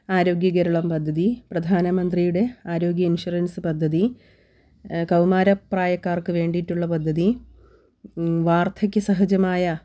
ആരോഗ്യകേരളം പദ്ധതി പ്രധാനമന്ത്രിയുടെ ആരോഗ്യ ഇൻഷുറൻസ് പദ്ധതി കൗമാരപ്രായക്കാർക്ക് വേണ്ടീട്ടുള്ള പദ്ധതി വാർധക്യ സഹജമായ